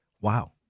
Wow